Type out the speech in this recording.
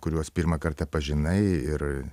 kuriuos pirmą kartą pažinai ir